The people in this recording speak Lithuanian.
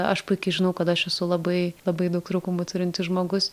aš puikiai žinau kad aš esu labai labai daug trūkumų turintis žmogus